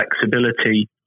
flexibility